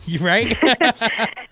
Right